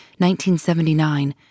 1979